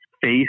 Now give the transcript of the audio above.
face